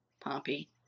Pompey